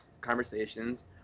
conversations